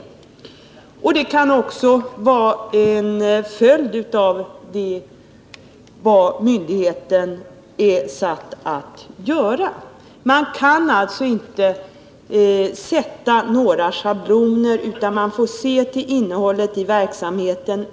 Kostnadernas storlek kan också vara en följd av vad myndigheten är satt att göra. Man kan alltså inte ange några schabloner, utan man får se till innehållet i verksamheten.